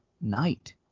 night